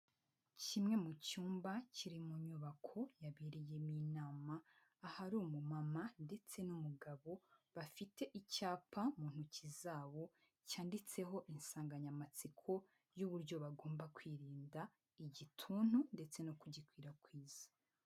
Kimwe mu cyumba kiri mu nyubako yabereyemo inama, ahari umumama ndetse n'umugabo bafite icyapa mu ntoki zabo cyanditseho insanganyamatsiko y'uburyo bagomba kwirinda Igituntu ndetse no kugikwirakwiza.